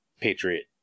Patriot